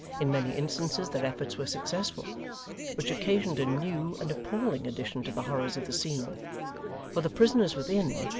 in many instances their efforts were successful which occasioned a new and appalling addition to the horrors of the scene for the prisoners within,